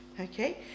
okay